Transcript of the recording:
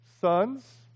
Sons